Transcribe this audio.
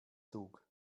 zug